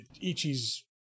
Ichi's